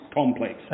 complex